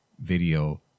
video